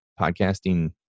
podcasting